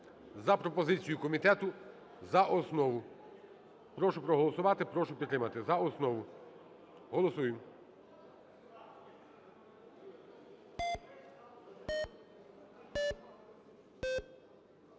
за пропозицією комітету за основу. Прошу проголосувати, прошу підтримати за основу. Голосуємо.